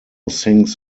sings